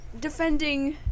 defending